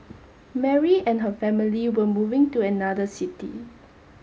Mary and her family were moving to another city